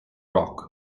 rock